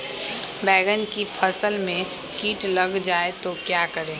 बैंगन की फसल में कीट लग जाए तो क्या करें?